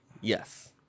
Yes